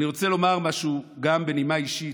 אני רוצה לומר משהו גם בנימה אישית.